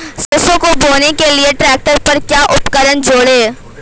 सरसों को बोने के लिये ट्रैक्टर पर क्या उपकरण जोड़ें?